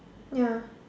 ya